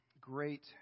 great